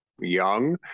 young